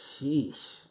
Sheesh